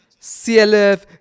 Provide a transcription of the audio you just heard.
clf